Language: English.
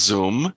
Zoom